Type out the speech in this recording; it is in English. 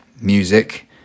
music